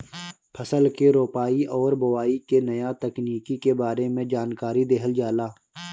फसल के रोपाई और बोआई के नया तकनीकी के बारे में जानकारी देहल जाला